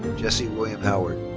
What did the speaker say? jesse william howard.